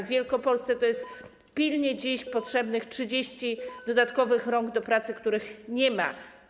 W Wielkopolsce jest pilnie dziś potrzebnych 30 dodatkowych par rąk do pracy, których nie ma.